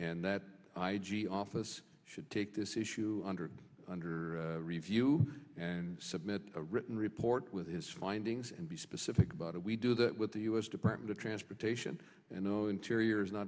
and that i g office should take this issue under under review and submit a written report with his findings and be specific about it we do that with the u s department of transportation and no interior is not